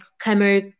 camera